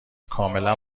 کاملا